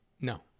no